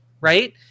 Right